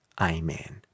Amen